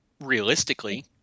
realistically